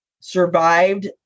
survived